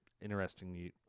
interesting